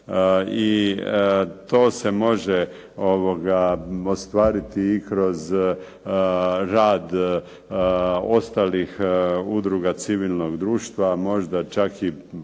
I to se može ostvariti i kroz rad ostalih udruga civilnog društva, možda čak i putem